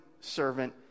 servant